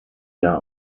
der